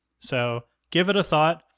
so give it a thought,